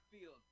field